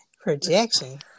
projection